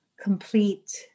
complete